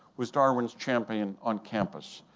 was darwin's champion on campus.